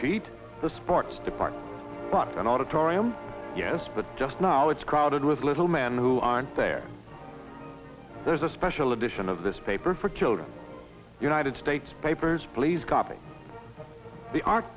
sheet the sports department wants an auditorium yes but just now it's crowded with little man who aren't there there's a special edition of this paper for children united states papers